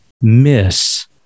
miss